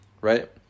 right